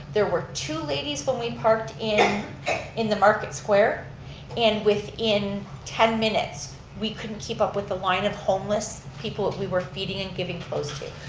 there were two ladies when we parked in in the market square and within ten minutes we couldn't keep up with the line of homeless people that we were feeding and giving clothes to.